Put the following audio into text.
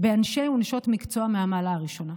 באנשי ונשות מקצוע מהמעלה הראשונה.